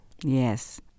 Yes